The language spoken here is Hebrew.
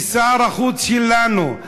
ושר החוץ שלנו,